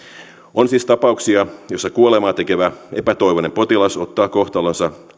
on siis tapauksia joissa kuolemaa tekevä epätoivoinen potilas ottaa kohtalonsa